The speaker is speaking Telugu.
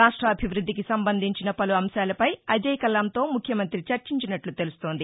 రాష్ట్రెభివృద్దికి సంబంధించిన పలు అంశాలపై అజయ్కల్లాం తో ముఖ్యమంత్రి చర్చించినట్లు తెలుస్తోంది